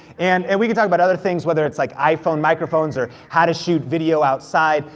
and and we could talk about other things, whether it's like iphone, microphones, or how to shoot video outside,